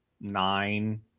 nine